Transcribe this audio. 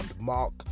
mark